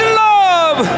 love